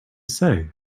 say